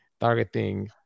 targeting